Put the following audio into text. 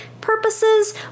purposes